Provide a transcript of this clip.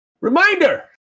Reminder